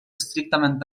estrictament